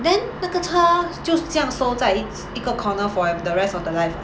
then 那个车就这样收在一个 corner fo~ for the rest of the life ah